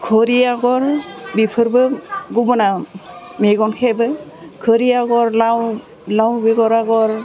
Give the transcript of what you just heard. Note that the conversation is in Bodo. घरि आग'र बेफोरबो गुबुना मेगन खेबो घरि आग'र लाव लाव बेगर आग'र